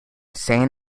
san